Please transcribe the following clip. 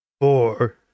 four